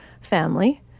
family